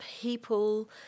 people